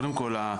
קודם כל,